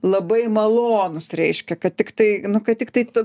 labai malonūs reiškia kad tiktai nu kad tiktai tu